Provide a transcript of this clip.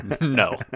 No